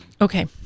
Okay